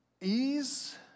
ease